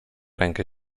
rękę